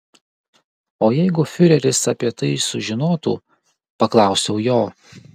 o jeigu fiureris apie tai sužinotų paklausiau jo